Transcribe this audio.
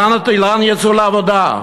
לאן יצאו לעבודה?